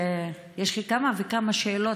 יש לי כמה וכמה שאלות,